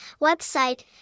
Website